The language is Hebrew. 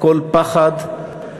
הכול פחד.